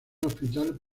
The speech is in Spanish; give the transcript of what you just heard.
hospital